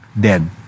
dead